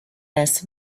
less